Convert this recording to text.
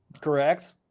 Correct